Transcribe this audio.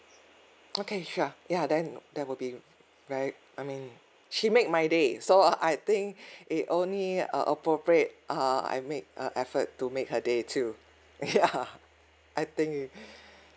okay sure ya then there will be right I mean she make my day is all I think they only uh appropriate I make the effort to make her day to day ya I think